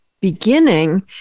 beginning